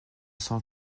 cent